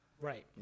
Right